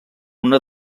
una